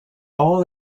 all